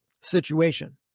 situation